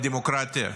לדמוקרטיה.